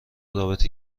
رابطه